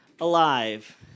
alive